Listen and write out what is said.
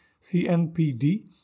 CNPD